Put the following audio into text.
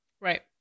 right